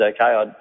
okay